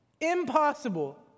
Impossible